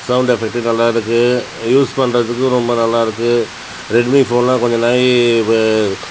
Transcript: sound effect நல்லா இருக்குது use பண்ணறதுக்கும் ரொம்ப நல்லா இருக்குது ரெட்மி ஃபோன்லாம் கொஞ்ச நாழி